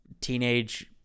teenage